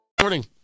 morning